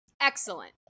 Excellent